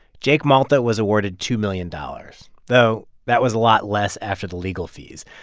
jake malta was awarded two million dollars. though, that was a lot less after the legal fees.